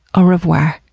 um revoir.